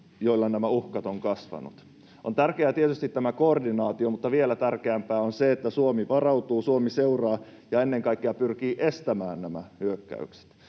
joilla nämä uhkat ovat kasvaneet. On tärkeää tietysti tämä koordinaatio, mutta vielä tärkeämpää on se, että Suomi varautuu, Suomi seuraa ja ennen kaikkea pyrkii estämään nämä hyökkäykset.